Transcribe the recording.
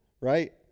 right